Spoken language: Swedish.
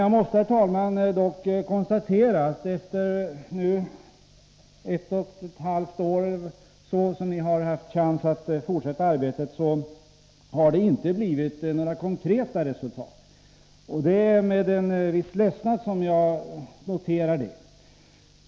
Jag måste dock konstatera att efter närmare ett och ett halvt år då ni har haft chans att fortsätta arbetet har det inte blivit några konkreta resultat. Det är med en viss ledsnad jag noterar det.